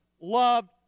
loved